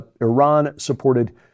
Iran-supported